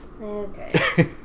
Okay